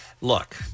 Look